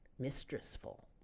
mistressful